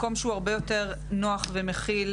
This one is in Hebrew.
מקום שהוא הרבה יותר נוח ומכיל,